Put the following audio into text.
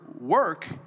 work